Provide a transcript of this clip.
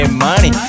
money